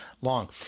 long